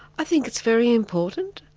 i think it's very important.